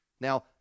Now